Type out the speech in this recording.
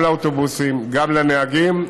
גם לאוטובוסים, גם לנהגים.